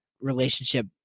relationship